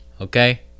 okay